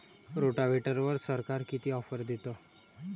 रोटावेटरवर सरकार किती ऑफर देतं?